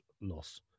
loss